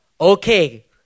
Okay